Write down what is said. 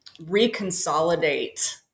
reconsolidate